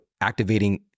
activating